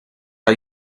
are